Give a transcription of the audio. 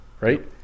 Right